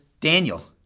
Daniel